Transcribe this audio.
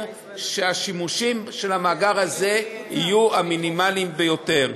שהשימושים של המאגר הזה יהיו המינימליים ביותר.